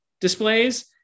displays